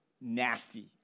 nasty